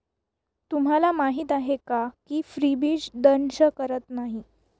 तुम्हाला माहीत आहे का की फ्रीबीज दंश करत नाही